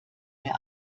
wer